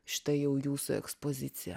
štai jau jūsų ekspozicija